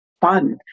fun